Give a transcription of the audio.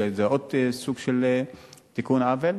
זה עוד סוג של תיקון עוול,